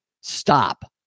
stop